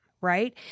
right